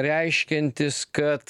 reiškiantis kad